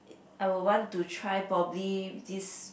I would want to try probably this